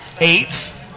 eighth